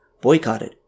boycotted